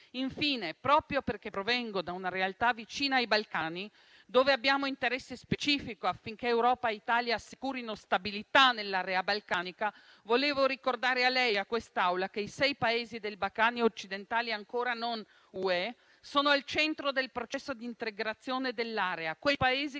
Infine, proprio perché provengo da una realtà vicina ai Balcani e abbiamo interesse specifico affinché Europa e Italia assicurino stabilità nell'area balcanica, vorrei ricordare a lei a quest'Assemblea che i sei Paesi dei Balcani occidentali ancora non UE sono al centro del processo di integrazione dell'area. Quei Paesi costituiscono